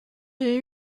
j’ai